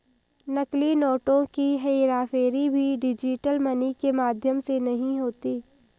नकली नोटों की हेराफेरी भी डिजिटल मनी के माध्यम से नहीं होती